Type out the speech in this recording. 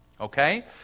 Okay